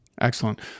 Excellent